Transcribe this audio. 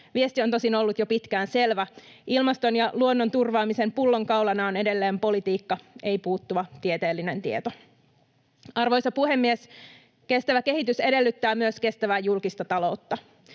Viesti on tosin ollut jo pitkään selvä: ilmaston ja luonnon turvaamisen pullonkaulana on edelleen politiikka, ei puuttuva tieteellinen tieto. Arvoisa puhemies! Kestävä kehitys edellyttää myös kestävää julkista taloutta.